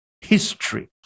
history